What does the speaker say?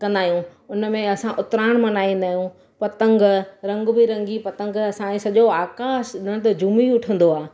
कंदा आहियूं हुनमें असां उतरायण मल्हाईंदा आहियूं पतंग रंग बिरंगी पतंग असांजे सॼो आकाश ॼण त झूमी उथंदो आहे